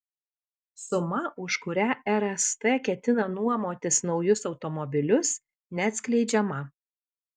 suma už kurią rst ketina nuomotis naujus automobilius neatskleidžiama